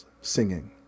singing